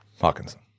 Hawkinson